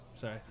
Sorry